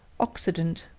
occident,